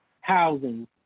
housing